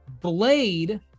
Blade